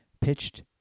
pitched